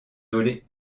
dolez